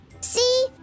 See